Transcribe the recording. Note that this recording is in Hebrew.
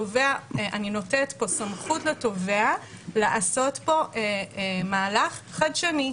אני נותנת פה סמכות לתובע לעשות פה מהלך חדשני.